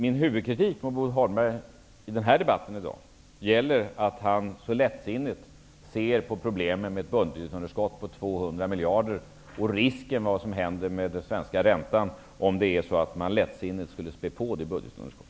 Min huvudkritik mot Bo Holmberg i debatten i dag gäller att han så lättsinnigt ser på problemet med budgetunderskott på 200 miljarder och risken för vad som händer med den svenska räntan om man lättsinnigt skulle spä på det budgetunderskottet.